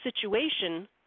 situation